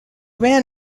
ran